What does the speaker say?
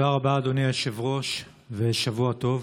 תודה רבה, אדוני היושב-ראש, ושבוע טוב.